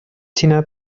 china